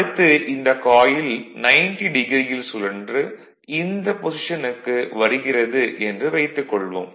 அடுத்து இந்தக் காயில் 90 டிகிரியில் சுழன்று இந்த பொஷிசனுக்கு வருகிறது என்று வைத்துக் கொள்வோம்